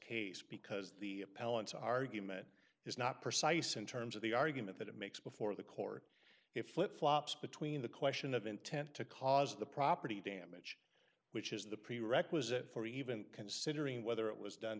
case because the balance argument is not precise in terms of the argument that it makes before the court if flip flops between the question of intent to cause the property damage which is the prerequisite for even considering whether it was done